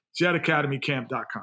JetAcademyCamp.com